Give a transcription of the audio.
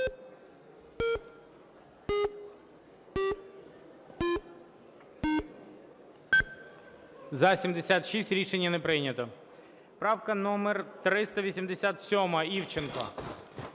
За-76 Рішення не прийнято. Правка номер 387, Івченко.